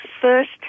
first